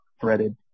threaded